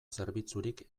zerbitzurik